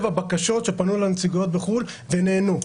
בקשות שפנו לנציגויות בחוץ לארץ ונענו.